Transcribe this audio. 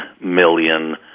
million